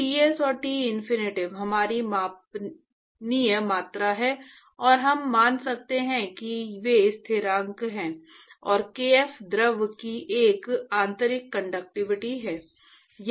तो Ts और Tinfinity हमारी मापनीय मात्रा है और हम मान सकते हैं कि वे स्थिरांक हैं और kf द्रव की एक आंतरिक कंडक्टिविटी है